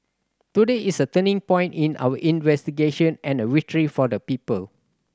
today is a turning point in our investigation and a victory for the people